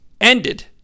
ended